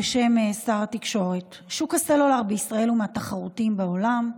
בשם שר התקשורת: שוק הסלולר בישראל הוא מהתחרותיים בעולם.